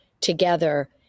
together